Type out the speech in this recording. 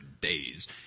days